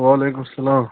وَعلیکُم سَلام